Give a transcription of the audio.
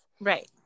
right